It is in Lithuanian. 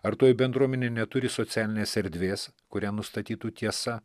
ar toji bendruomenė neturi socialinės erdvės kurią nustatytų tiesa